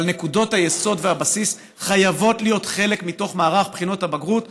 אבל נקודות היסוד והבסיס חייבות להיות חלק מתוך מערך בחינות הבגרות.